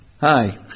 Hi